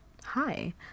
hi